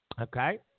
Okay